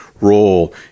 role